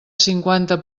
cinquanta